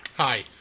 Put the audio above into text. Hi